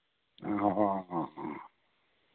ᱦᱮᱸ ᱦᱮᱸ ᱦᱮᱸ